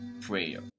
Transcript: prayer